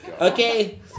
Okay